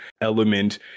element